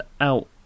out